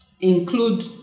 include